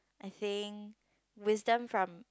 I think wisdom from